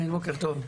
כן, בוקר טוב.